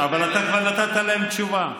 אבל אתה כבר נתת להם תשובה.